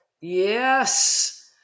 Yes